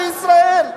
בישראל,